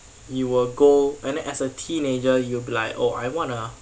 you will go and then as a teenager you'll be like oh I want a